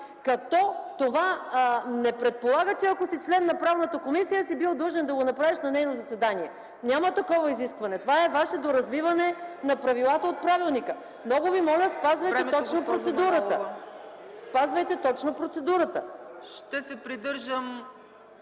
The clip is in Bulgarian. Като това не предполага, че ако си член на Правната комисия си бил длъжен да го направиш на нейно заседание. Няма такова изискване. Това е Ваше доразвиване на правилата от правилника. Много Ви моля, спазвайте точно процедурата. ПРЕДСЕДАТЕЛ ЦЕЦКА ЦАЧЕВА: Времето,